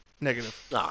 Negative